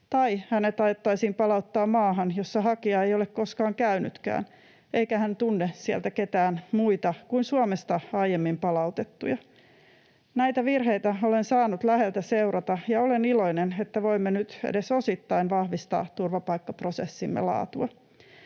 tai hänet aiottaisiin palauttaa maahan, jossa hakija ei ole koskaan käynytkään, eikä hän tunne sieltä ketään muita kuin Suomesta aiemmin palautettuja. Näitä virheitä olen saanut läheltä seurata, ja olen iloinen, että voimme nyt edes osittain vahvistaa turvapaikkaprosessimme laatua.